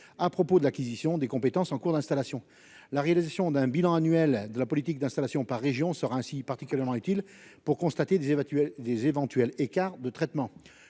à propos de l'acquisition des compétences en cours d'installation, la réalisation d'un bilan annuel de la politique d'installation par région sera ainsi particulièrement utile pour constater des éventuelles des éventuels